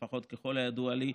לפחות ככל הידוע לי,